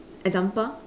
example